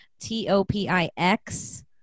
T-O-P-I-X